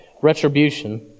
retribution